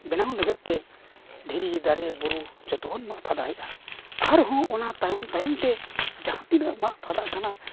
ᱵᱮᱱᱟᱣ ᱞᱟᱹᱜᱤᱫᱛᱮ ᱫᱷᱤᱨᱤ ᱫᱟᱨᱮ ᱵᱩᱨᱩ ᱡᱚᱛᱚ ᱠᱚ ᱢᱟᱜ ᱯᱷᱟᱫᱟᱭᱮᱫᱼᱟ ᱟᱨᱦᱚᱸ ᱚᱱᱟ ᱛᱟᱭᱚᱢᱼᱛᱟᱭᱚᱢᱛᱮ ᱡᱟᱦᱟᱸ ᱛᱤᱱᱟᱹᱜ ᱢᱟᱜ ᱯᱷᱟᱫᱟᱜ ᱠᱟᱱᱟ